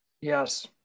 yes